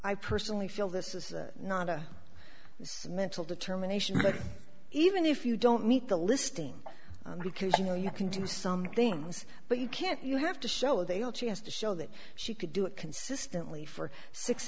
i personally feel this is not a mental determination even if you don't meet the listing because you know you can do some things but you can't you have to show they all she has to show that she could do it consistently for six